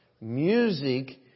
music